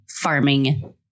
farming